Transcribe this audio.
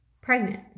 pregnant